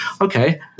okay